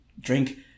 drink